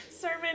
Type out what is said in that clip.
Sermon